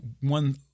one